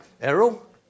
Errol